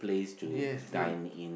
yes yes